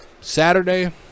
Saturday